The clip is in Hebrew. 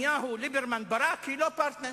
ליברמן-נתניהו-ברק היא לא פרטנר.